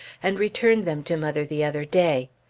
and returned them to mother the other day.